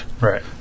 Right